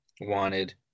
wanted